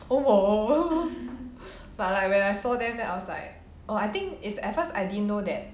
but like when I saw them then I was like oh I think is at first I didn't know that